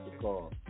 call